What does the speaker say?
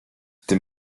tym